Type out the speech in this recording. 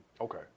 okay